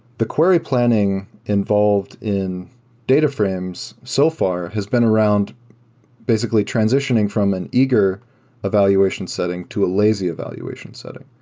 the query planning involved in data frames so far has been around basically transitioning from an eager evaluation setting to a lazy evaluation setting.